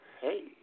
Hey